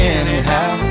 anyhow